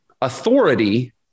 authority